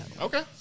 Okay